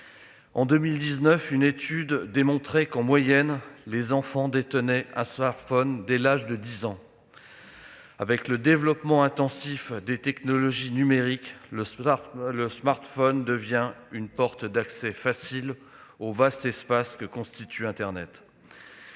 En 2019, une étude démontrait qu'en moyenne les enfants détenaient un smartphone dès l'âge de 10 ans. Compte tenu du développement intensif des technologies numériques, celui-ci devient une porte d'accès facile au vaste espace que constitue internet.